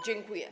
Dziękuję.